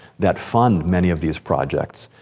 that fund many of these projects.